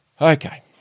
Okay